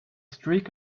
streak